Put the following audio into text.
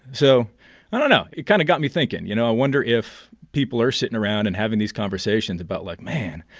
so i don't know. it kind of got me thinking. you know, i wonder if people are sitting around and having these conversations about, like, man,